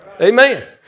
Amen